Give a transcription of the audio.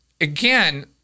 again